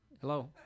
hello